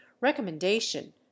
Recommendation